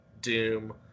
Doom